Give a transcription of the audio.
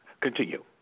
Continue